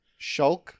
shulk